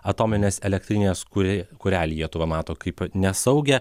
atominės elektrinės kuri kurią lietuva mato kaip nesaugią